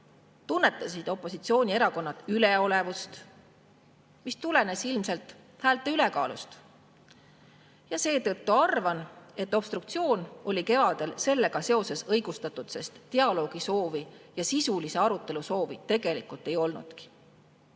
tunnetasid opositsioonierakonnad üleolevust, mis tulenes ilmselt häälte ülekaalust. Ja seetõttu arvan, et obstruktsioon oli kevadel õigustatud, sest dialoogisoovi ja sisulise arutelu soovi tegelikult ei olnudki.Me